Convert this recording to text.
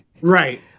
Right